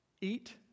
eat